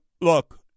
look